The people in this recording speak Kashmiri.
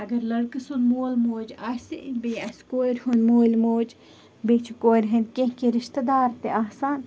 اگر لَڑکہٕ سُنٛد مول موج آسہِ بیٚیہِ آسہِ کورِ ہُنٛد مول موج بیٚیہِ چھِ کورِ ہٕنٛدۍ کیٚنٛہہ کیٚنٛہہ رِشتہٕ دار تہِ آسان